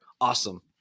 Awesome